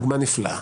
דוגמה נפלאה.